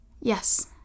Yes